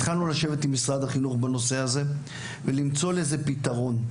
התחלנו לשבת עם משרד החינוך בנושא הזה ולמצוא לזה פתרון.